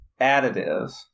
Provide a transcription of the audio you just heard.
additive